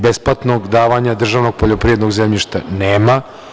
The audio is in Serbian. Besplatnog davanja državnog poljoprivrednog zemljišta nema.